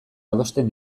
adosten